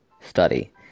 study